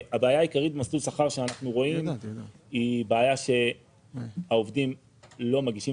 הבעיה העיקרית במסלול שכר שאנחנו רואים היא בעיה שהעובדים לא מגישים